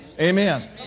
Amen